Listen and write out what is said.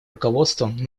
руководством